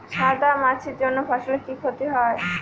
সাদা মাছির জন্য ফসলের কি ক্ষতি হয়?